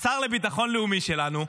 השר לביטחון לאומי שלנו,